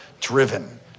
driven